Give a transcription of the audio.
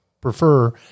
prefer